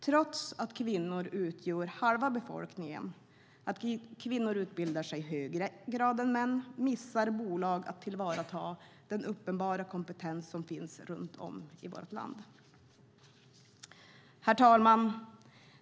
Trots att kvinnor utgör halva befolkningen, och trots att kvinnor utbildar sig i högre grad än män missar bolag att tillvarata den uppenbara kompetens som finns runt om i vårt land. Herr talman!